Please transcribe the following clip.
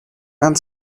and